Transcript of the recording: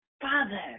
Father